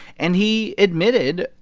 and he admitted,